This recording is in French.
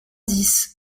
dix